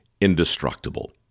indestructible